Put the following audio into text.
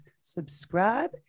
subscribe